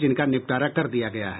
जिनका निपटारा कर दिया गया है